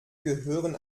gehören